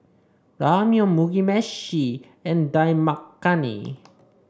Ramyeon Mugi Meshi and Dal Makhani